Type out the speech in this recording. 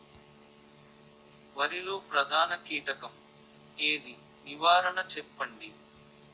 వరిలో ప్రధాన కీటకం ఏది? నివారణ చెప్పండి?